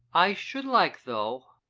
i should like, though,